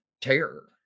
terror